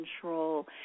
control